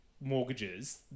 mortgages